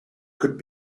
could